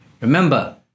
Remember